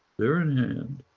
there in hand,